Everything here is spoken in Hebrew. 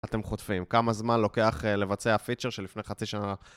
אתם חוטפים, כמה זמן לוקח לבצע פיצ'ר שלפני חצי שנה?